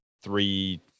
three